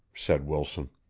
said wilson.